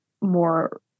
more